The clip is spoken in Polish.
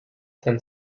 ten